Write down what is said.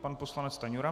Pan poslanec Stanjura.